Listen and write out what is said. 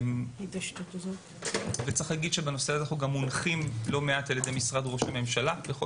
בנושא הזה אנחנו מונחים לא מעט על ידי משרד ראש הממשלה בכל